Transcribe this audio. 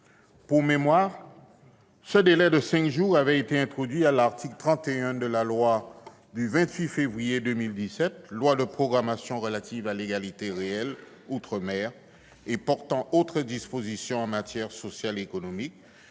Pour mémoire, le délai de cinq jours avait été introduit à l'article 31 de la loi du 28 février 2017 de programmation relative à l'égalité réelle outre-mer et portant autres dispositions en matière sociale et économique,